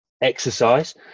exercise